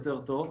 יותר טוב.